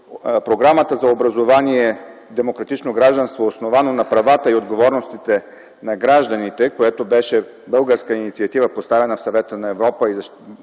програмата за образование „Демократично гражданство” е основана на правата и отговорностите на гражданите, което беше българска инициатива, поставена в Съвета на Европа, за